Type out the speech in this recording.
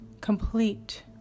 Complete